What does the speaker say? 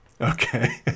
Okay